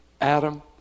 Adam